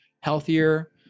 healthier